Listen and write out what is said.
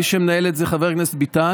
מי שמנהל את זה זה חבר הכנסת ביטן.